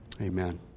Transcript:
amen